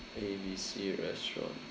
A B C restaurant